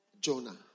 Jonah